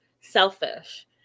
selfish